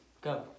Go